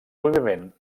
moviment